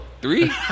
three